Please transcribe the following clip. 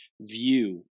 view